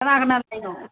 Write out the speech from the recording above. ꯀꯅꯥ ꯀꯅꯥ ꯂꯥꯛꯏꯅꯣ